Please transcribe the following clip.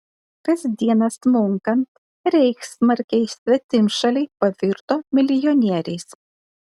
kasdieną smunkant reichsmarkei svetimšaliai pavirto milijonieriais